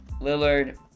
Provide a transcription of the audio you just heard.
Lillard